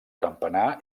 campanar